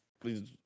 Please